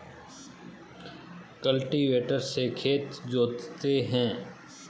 cultivator से खेत जोतते हैं